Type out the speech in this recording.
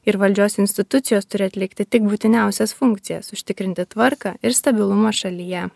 ir valdžios institucijos turi atlikti tik būtiniausias funkcijas užtikrinti tvarką ir stabilumą šalyje